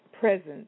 presence